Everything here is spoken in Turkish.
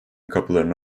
kapılarını